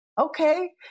okay